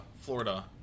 Florida